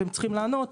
אתם צריכים לענות,